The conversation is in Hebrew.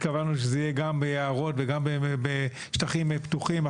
התכוונו שזה יהיה גם ביערות וגם בשטחים פתוחים,